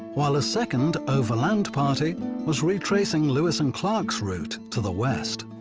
while a second overland party was retracing lewis and clark's route to the west.